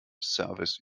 service